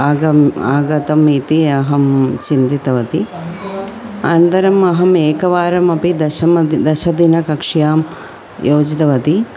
आगतम् आगतम् इति अहं चिन्तितवती अनन्तरम् अहम् एकवारमपि दशमदिनं दशदिनकक्ष्यां योजितवती